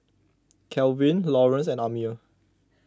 Kalvin Laurence and Amir